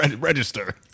Register